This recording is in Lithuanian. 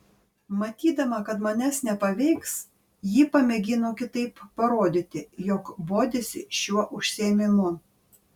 matydama kad manęs nepaveiks ji pamėgino kitaip parodyti jog bodisi šiuo užsiėmimu